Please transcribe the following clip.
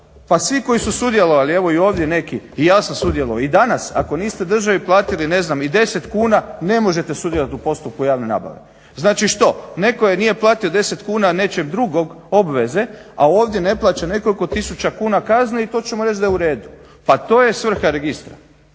pa svi koji su sudjelovali evo i ovdje neki i ja sam sudjelovao, i danas ako niste državi platili ne znam i 10 kuna ne možete sudjelovati u postupku javne nabave. Znači što? Netko nije platio 10 kuna nečeg drugog, obveze, a ovdje ne plaća nekoliko tisuća kuna kazne i to ćemo reći da je u redu. Pa to je svrha registra.